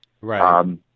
Right